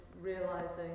realizing